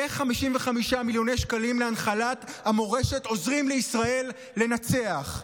איך 55 מיליוני שקלים להנחלת המורשת עוזרים לישראל לנצח?